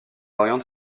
oriente